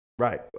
Right